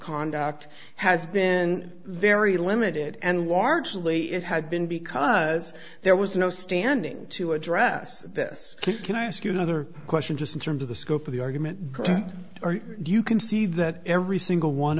conduct has been very limited and largely it had been because there was no standing to address this can i ask you another question just in terms of the scope of the argument or you can see that every single one